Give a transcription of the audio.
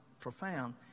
profound